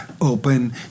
Open